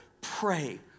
pray